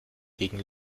gegen